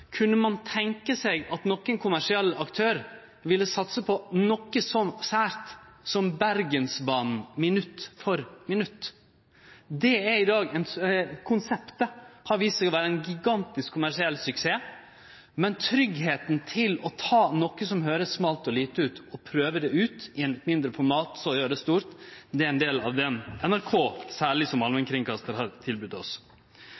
Kunne ein tenkje seg at nokon kommersiell aktør ville satse på noko så sært som Bergensbanen minutt for minutt? Det konseptet har vist seg å vere ein gigantisk kommersiell suksess, men tryggleik til å ta noko som høyrest smalt og lite ut, og prøve det ut i eit mindre format og så gjere det stort, er ein del av det særleg NRK, som